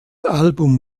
album